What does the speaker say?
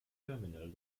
terminal